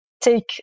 take